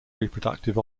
reproductive